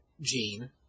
gene